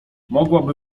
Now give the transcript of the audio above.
mogłaby